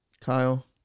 Kyle